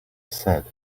said